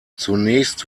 zunächst